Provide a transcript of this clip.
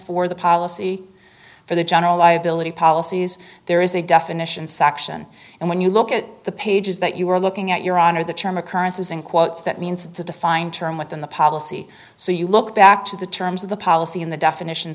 for the policy for the general liability policies there is a definition section and when you look at the pages that you were looking at your honor the term occurrences in quotes that means it's a defined term within the policy so you look back to the terms of the policy in the definition